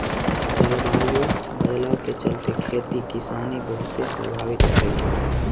जलवायु बदलाव के चलते, खेती किसानी बहुते प्रभावित भईल बा